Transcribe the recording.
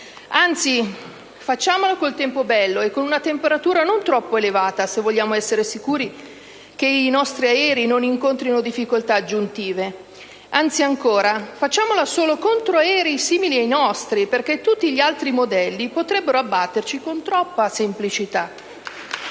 Anzi, facciamola con il tempo bello e con una temperatura non troppo elevata, se vogliamo essere sicuri che i nostri aerei non incontrino difficoltà aggiuntive. Anzi ancora, facciamola solo contro aerei simili ai nostri perché tutti gli altri modelli potrebbero abbatterci con troppa semplicità.